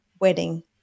wedding